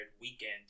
Weekend